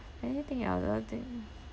anything other than